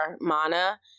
Mana